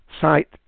site